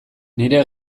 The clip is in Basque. nire